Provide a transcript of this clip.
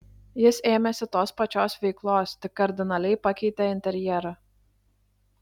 jis ėmėsi tos pačios veiklos tik kardinaliai pakeitė interjerą